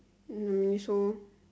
mm so